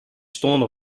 stonden